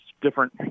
different